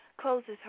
closes